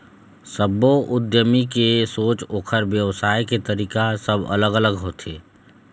सब्बो उद्यमी के सोच, ओखर बेवसाय के तरीका सब अलग अलग होथे